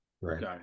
right